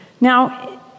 Now